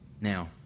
Now